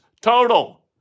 total